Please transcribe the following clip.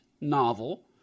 novel